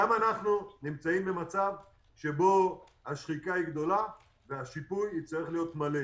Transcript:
גם אנחנו נמצאים במצב שהשחיקה גדולה והשיפוי יצטרך להיות מלא,